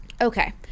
Okay